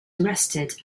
arrested